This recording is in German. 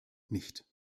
nicht